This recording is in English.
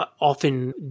often